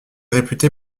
réputée